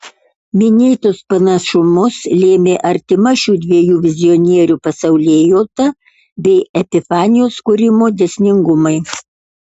minėtus panašumus lėmė artima šių dviejų vizionierių pasaulėjauta bei epifanijos kūrimo dėsningumai